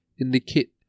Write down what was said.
indicate